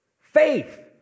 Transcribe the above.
Faith